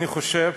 אני חושב